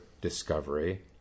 discovery